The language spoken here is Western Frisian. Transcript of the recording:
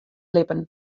libben